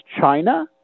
China